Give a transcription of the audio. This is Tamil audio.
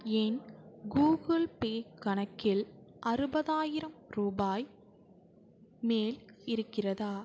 என் கூகுள் பே கணக்கில் அறுபதாயிரம் ரூபாய் மேல் இருக்கிறதா